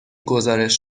گزارش